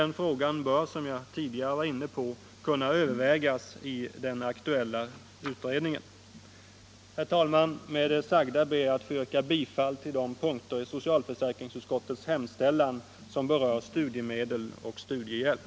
Denna fråga bör, som jag tidigare var inne på, kunna övervägas av den aktuella utredningen. Herr talman! Med det sagda ber jag att få yrka bifall till de punkter i socialförsäkringsutskottets hemställan som berör studiemedel och studiehjälp.